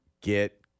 get